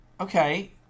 okay